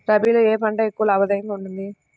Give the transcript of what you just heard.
రబీలో ఏ పంట ఎక్కువ లాభదాయకంగా ఉంటుంది?